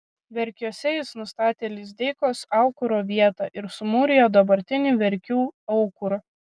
verkiuose jis nustatė lizdeikos aukuro vietą ir sumūrijo dabartinį verkių aukurą